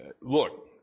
Look